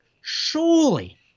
surely